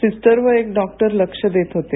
sister आणि एक doctor लक्ष देत होते